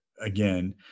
again